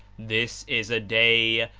this is a day,